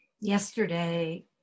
Yesterday